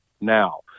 now